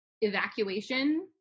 evacuation